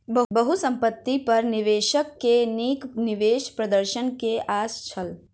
बहुसंपत्ति पर निवेशक के नीक निवेश प्रदर्शन के आस छल